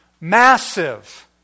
massive